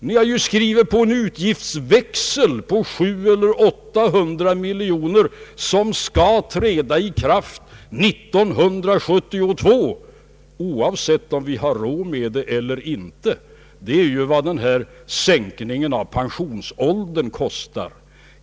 Ni har ju skrivit på en utgiftsväxel på 800 miljoner kronor som skall träda i kraft 1972 oavsett om vi har råd med den eller inte. Det är vad sänkningen av pensionsåldern kostar.